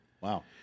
Wow